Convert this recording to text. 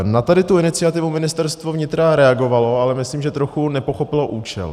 Na tady tu iniciativu Ministerstvo vnitra reagovalo, ale myslím, že trochu nepochopilo účel.